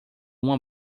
uma